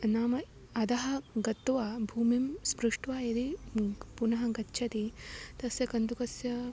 नाम अधः गत्वा भूमिं स्पृष्ट्वा यदि पुनः गच्छति तस्य कन्दुकस्य